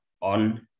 on